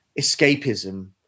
escapism